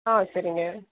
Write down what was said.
ஆ சரிங்க